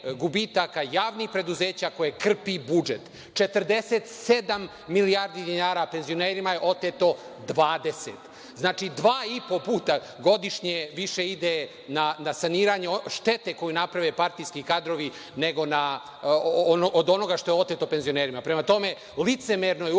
javnih preduzeća koje krpi budžet, 47 milijardi dinara, penzionerima je oteto 20. Znači, dva i po puta godišnje ide na saniranje štete koju naprave partijski kadrovi od onoga što je oteto penzionerima. Prema tome, licemerno je uopšte